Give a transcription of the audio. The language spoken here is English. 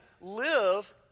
live